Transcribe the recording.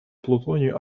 плутоний